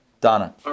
Donna